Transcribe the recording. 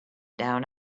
down